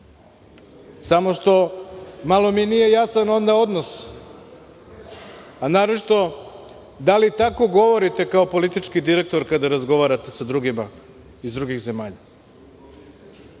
samo mi malo nije jasan onda odnos, a naročito da li tako govorite kao politički direktor kada razgovarate sa drugima iz drugih zemalja? Još